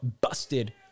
busted